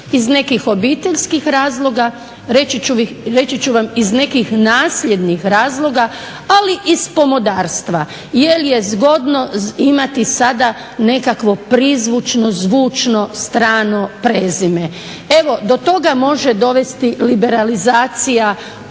iz nekih obiteljskih razloga, reći ću vam iz nekih nasljednjih razloga ali i iz pomodarstva. Jel je zgodno imati sada nekakvo prizvučno, zvučno strano prezime. Evo do toga može dovesti liberalizacija osobnog